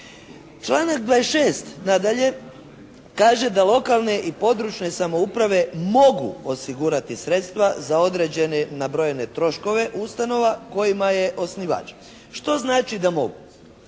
Članak 26. nadalje kaže da lokalne i područne samouprave mogu osigurati sredstva za određene nabrojene troškove ustanova kojima je osnivač. Što znači da mogu?